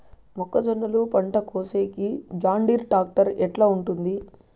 మొక్కజొన్నలు పంట కోసేకి జాన్డీర్ టాక్టర్ ఎట్లా ఉంటుంది?